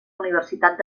universitat